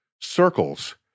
circles